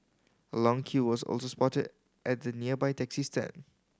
a long queue was also spotted at the nearby taxi stand